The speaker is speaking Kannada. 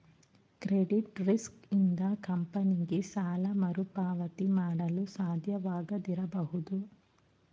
ಕ್ರೆಡಿಟ್ ರಿಸ್ಕ್ ಇಂದ ಕಂಪನಿಗೆ ಸಾಲ ಮರುಪಾವತಿ ಮಾಡಲು ಸಾಧ್ಯವಾಗದಿರಬಹುದು